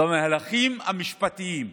במהלכים המשפטיים.